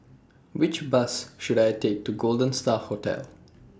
Which Bus should I Take to Golden STAR Hotel